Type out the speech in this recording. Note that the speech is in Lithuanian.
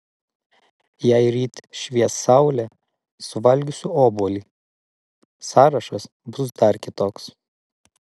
jei ryt švies saulė suvalgysiu obuolį sąrašas bus dar kitoks